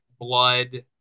blood